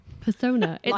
persona